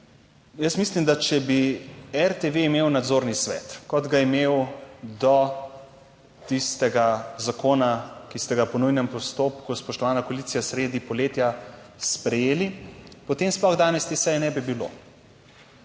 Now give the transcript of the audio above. mislim, če bi RTV imel nadzorni svet, kot ga je imel do tistega zakona, ki ste ga po nujnem postopku, spoštovana koalicija, sredi poletja sprejeli, potem sploh danes te seje ne bi bilo,